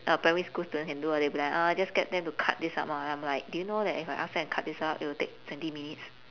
uh primary school student can do lah they'll be like uh just get them to cut this up lah then I'm like do you know that if I ask them to cut this up it will take twenty minutes